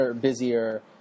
busier